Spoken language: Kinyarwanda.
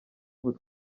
ubu